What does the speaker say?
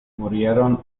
murieron